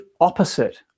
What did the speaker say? opposite